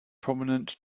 prominent